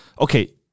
Okay